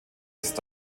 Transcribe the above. ist